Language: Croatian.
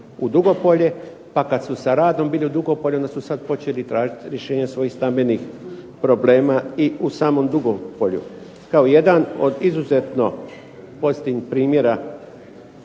u Dugopolje pa kad su sa radom bili u Dugopolju onda su sad počeli tražiti rješenja svojih stambenih problema i u samom Dugopolju. Kao jedan od izuzetno pozitivnih primjera